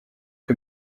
que